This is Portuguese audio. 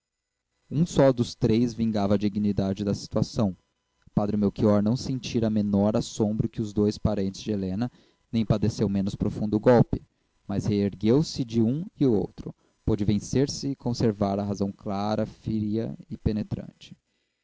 um só dos três vingava a dignidade da situação o padre melchior não sentira menor assombro que os dois parentes de helena nem padeceu menos profundo golpe mas reergueuse de um e outro pôde vencer-se e conservar a razão clara fria e penetrante